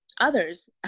others